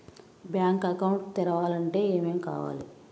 Bank account తెరవాలంటే ఏమేం కావాలి?